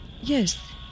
Yes